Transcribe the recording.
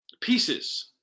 pieces